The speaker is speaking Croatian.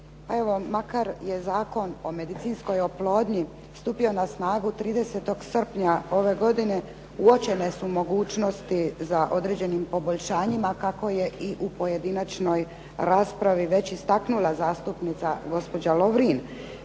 makar je Zakon o medicinskoj oplodnji stupio na snagu 30. srpnja ove godine uočene su mogućnosti za određenim poboljšanjima kako je i u pojedinačnoj raspravi već istaknula zastupnica gospođa Lovrin.